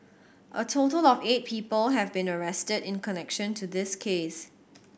a total of eight people have been arrested in connection to this case